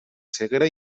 segre